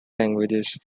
languages